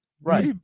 Right